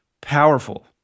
powerful